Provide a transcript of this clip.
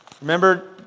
Remember